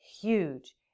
huge